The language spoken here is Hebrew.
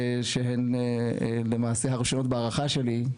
שהן למעשה הראשונות בהערכה שלי,